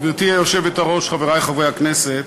גברתי היושבת-ראש, חברי חברי הכנסת,